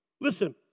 Listen